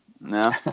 No